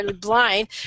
blind